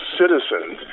citizens